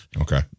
Okay